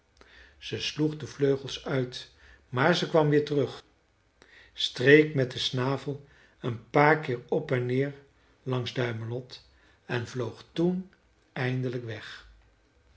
ze sloeg de vleugels uit maar ze kwam weer terug streek met den snavel een paar keer op en neer langs duimelot en vloog toen eindelijk weg